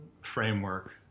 framework